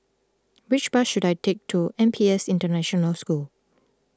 which bus should I take to N P S International School